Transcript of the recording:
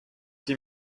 sie